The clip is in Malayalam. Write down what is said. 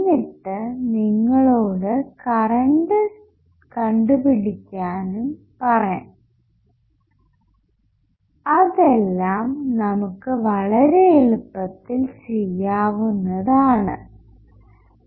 എന്നിട്ട് നിങ്ങളോടു കറണ്ട് കണ്ടുപിടിക്കാനും പറയാം അതെല്ലാം നമുക്ക് വളരെ എളുപ്പത്തിൽ ചെയ്യാവുന്നത് ആണ്